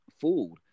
food